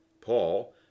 Paul